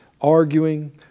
arguing